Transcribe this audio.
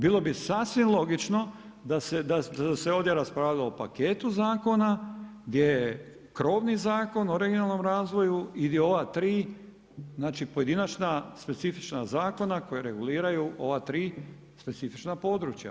Bilo bi sasvim logično da se ovdje raspravljalo o paketu zakon, gdje je krovni zakon o regionalnom razvoju, i da ova 3 pojedinačna, specifična zakona, koja reguliraju ova 3 specifičan područja.